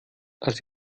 als